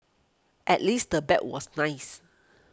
at least the bag was nice